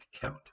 count